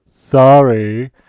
sorry